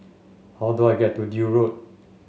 how do I get to Deal Road